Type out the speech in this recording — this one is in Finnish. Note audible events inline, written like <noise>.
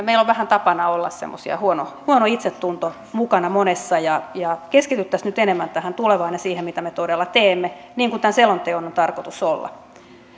<unintelligible> meillä on vähän tapana olla semmoisia että huono itsetunto on mukana monessa keskityttäisiin nyt enemmän tähän tulevaan ja siihen mitä me todella teemme niin kuin tämän selonteon on tarkoitus